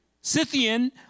Scythian